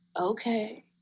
okay